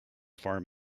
farm